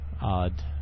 odd